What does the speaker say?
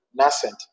nascent